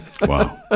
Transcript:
Wow